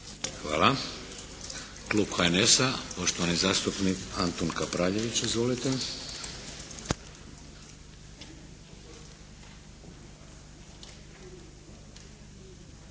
Hvala. Klub HNS-a, poštovani zastupnik Antun Kapraljević. Izvolite.